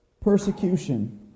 persecution